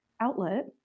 outlet